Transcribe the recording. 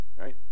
Right